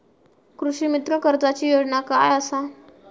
कृषीमित्र कर्जाची योजना काय असा?